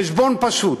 חשבון פשוט.